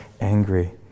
angry